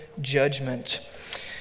judgment